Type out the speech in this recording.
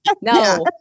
no